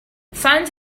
science